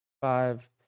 Five